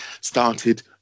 started